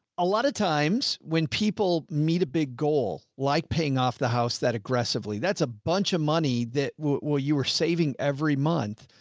a lot of times when people meet a big goal, like paying off the house that aggressively, that's a bunch of money that will, you were saving every month.